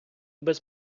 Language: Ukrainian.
без